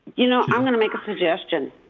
you know i'm gonna make a suggestion.